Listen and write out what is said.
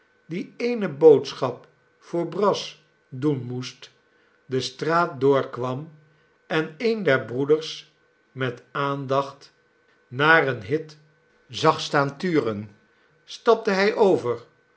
die eene boodschap voor brass doen moest de straat door kwam en een der breeders met aandacht naar een hit zag staan turen stapte hij over